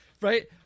Right